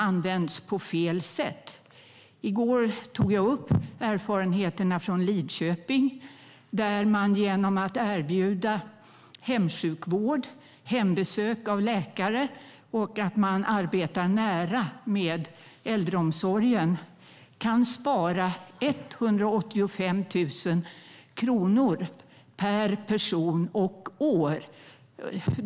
I går tog jag upp erfarenheterna från Lidköping, där man genom att erbjuda hemsjukvård och hembesök av läkare och arbeta nära äldreomsorgen kan spara 185 000 kronor per person och år.